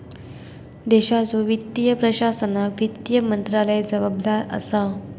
देशाच्यो वित्तीय प्रशासनाक वित्त मंत्रालय जबाबदार असा